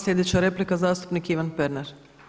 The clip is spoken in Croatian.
Sljedeća replika zastupnik Ivan Pernar.